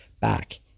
back